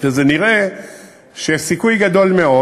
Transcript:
ונראה שיש סיכוי גדול מאוד